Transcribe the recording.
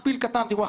שפיל קטן תראו,